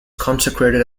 consecrated